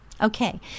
Okay